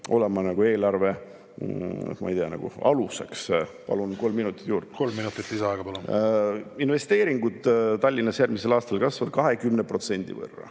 olema eelarve, ma ei tea, nagu aluseks. Palun kolm minutit juurde. Kolm minutit lisaaega, palun! Investeeringud Tallinnas järgmisel aastal kasvavad 20% võrra.